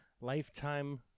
Lifetime